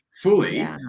fully